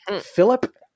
Philip